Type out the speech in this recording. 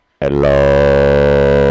Hello